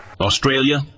Australia